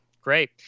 Great